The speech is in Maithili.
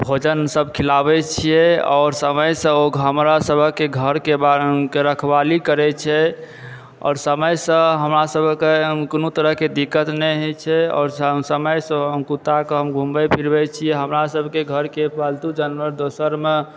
भोजन सब खिलाबै छिऐ आओर समयसंँ ओ हमरा सबहक घरके रखवाली करए छै आओर समयसंँ हमरा सबके कोनो तरहके दिक्कत नहि होए छै आओर समयसंँ ओ कुत्ताके हम घूमबए फिरबै छिऐ हमरा सबकेँ घरके पालतू जानवर दोसरमे